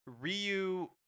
Ryu